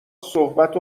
صحبت